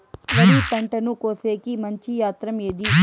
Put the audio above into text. వరి పంటను కోసేకి మంచి యంత్రం ఏది?